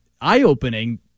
eye-opening